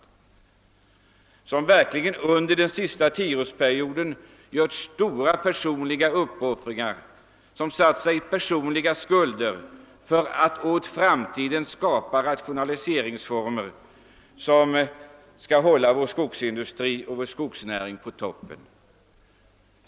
De har verkligen under den senaste tioårsperioden gjort stora personliga uppoffringar och satt sig i personliga skulder för att för framtiden skapa rationaliseringsformer som skall hålla vår skogsindustri och vår skogsnäring på toppen.